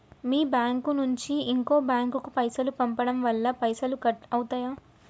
మీ bank నుంచి ఇంకో bank కు పైసలు పంపడం వల్ల పైసలు కట్ అవుతయా?